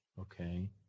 okay